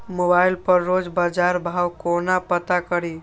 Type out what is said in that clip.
Mobile पर रोज बजार भाव कोना पता करि?